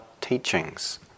teachings